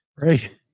Right